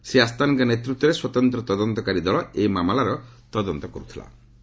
ଶ୍ରୀ ଆସ୍ତାନଙ୍କ ନେତୃତ୍ୱରେ ସ୍ୱତନ୍ତ୍ର ତଦନ୍ତକାରୀ ଦଳ ଏହି ମାମଲାର ତଦନ୍ତ କର୍ତ୍ତିଲା